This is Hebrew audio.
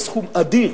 זה סכום אדיר,